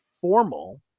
formal